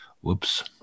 whoops